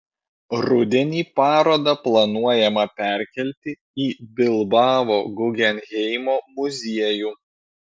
rudenį parodą planuojama perkelti į bilbao guggenheimo muziejų